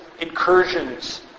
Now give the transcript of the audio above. incursions